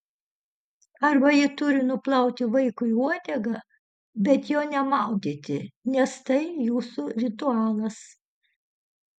arba ji turi nuplauti vaikui uodegą bet jo nemaudyti nes tai jūsų ritualas